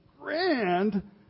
grand